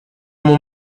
mon